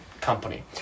company